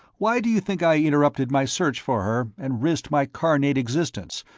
why do you think i interrupted my search for her, and risked my carnate existence,